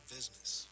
Business